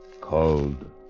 called